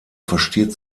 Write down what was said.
versteht